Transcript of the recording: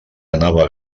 anava